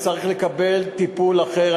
שצריך לקבל טיפול אחר.